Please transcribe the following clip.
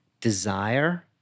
desire